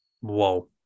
Whoa